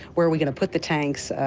where are we going to put the tanks,